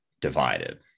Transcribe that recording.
divided